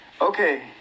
Okay